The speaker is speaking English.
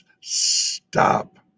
stop